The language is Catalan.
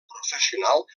professional